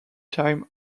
time